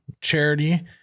charity